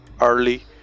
early